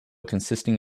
consisting